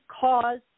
cause